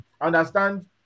Understand